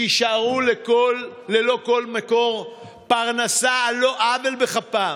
שיישארו ללא כל מקור פרנסה על לא עוול בכפם.